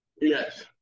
yes